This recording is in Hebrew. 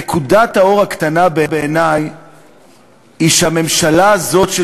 נקודת האור הקטנה בעיני היא שהממשלה הזאת של